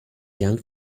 young